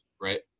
right